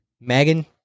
Megan